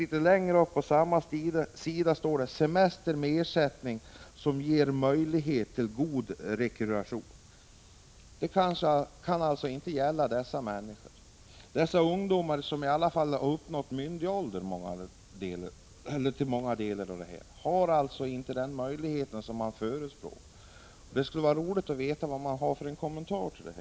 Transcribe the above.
Litet högre upp på samma sida står följande: ”Semester med ersättning som ger möjlighet till god rekreation.” Det kan alltså inte gälla dessa människor, ungdomar, av vilka många har uppnått myndig ålder. De har inte den möjlighet som socialdemokraterna förespråkar. Det skulle vara intressant att få höra vad man har för kommentar till detta.